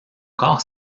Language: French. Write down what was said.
corps